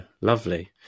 Lovely